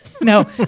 no